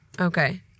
Okay